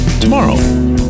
tomorrow